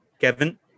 Kevin